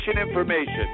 information